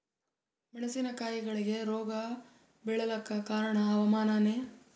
ಮೆಣಸಿನ ಕಾಯಿಗಳಿಗಿ ರೋಗ ಬಿಳಲಾಕ ಕಾರಣ ಹವಾಮಾನನೇ?